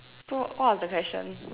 so what was the question